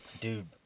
Dude